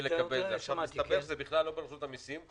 עכשיו מתברר שזה בכלל לא ברשות המיסים,